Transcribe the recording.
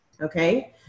okay